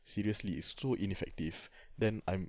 seriously it's so ineffective then I'm